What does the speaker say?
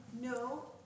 No